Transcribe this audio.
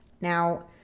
Now